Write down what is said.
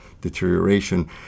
deterioration